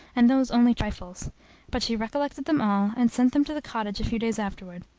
and those only trifles but she recollected them all, and sent them to the cottage a few days afterward.